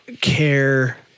care